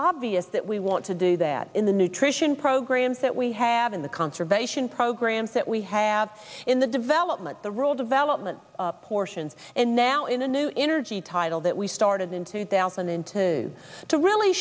obvious that we want to do that in the nutrition programs that we have in the conservation programs that we have in the development the rural development portions and now in a new energy title that we started in two thousand and two to really